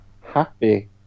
happy